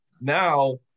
Now